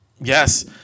Yes